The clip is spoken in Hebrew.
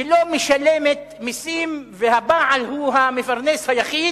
שלא משלמת מסים והבעל הוא המפרנס היחיד,